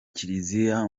kiliziya